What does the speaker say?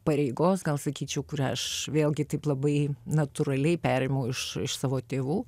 pareigos gal sakyčiau kurią aš vėlgi taip labai natūraliai perėmiau iš iš savo tėvų